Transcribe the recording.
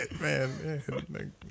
man